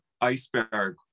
iceberg